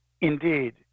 Indeed